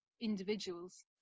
individuals